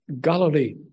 Galilee